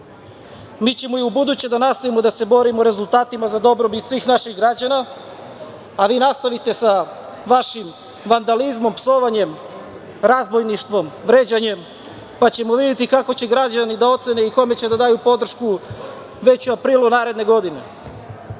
ćemo i ubuduće da nastavimo da se borimo rezultatima za dobrobit svih naših građana, a vi nastavite sa vašim vandalizmom, psovanjem, razbojništvom, vređanjem, pa ćemo videti kako će građani da ocene i kome će da daju podršku već u aprilu naredne godine. Ovakvom